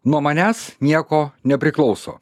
nuo manęs nieko nepriklauso